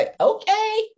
okay